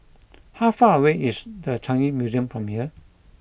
how far away is The Changi Museum from here